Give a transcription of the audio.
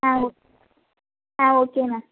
ஆ ஓ ஆ okay ma'am